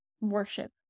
worship